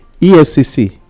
EFCC